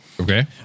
Okay